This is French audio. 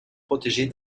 protéger